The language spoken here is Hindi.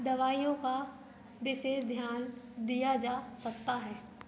दवाइयों का विशेष ध्यान दिया जा सकता है